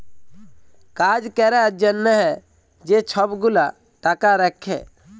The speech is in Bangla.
কাজ ক্যরার জ্যনহে যে ছব গুলা টাকা রাখ্যে